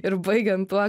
ir baigiant tuo